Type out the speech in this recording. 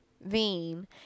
vein